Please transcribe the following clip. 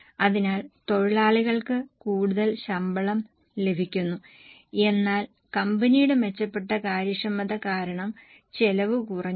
അതിനാൽ തൊഴിലാളികൾക്ക് കൂടുതൽ ശമ്പളം ലഭിക്കുന്നു എന്നാൽ കമ്പനിയുടെ മെച്ചപ്പെട്ട കാര്യക്ഷമത കാരണം ചെലവ് കുറഞ്ഞു